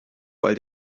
weil